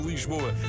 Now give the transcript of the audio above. Lisboa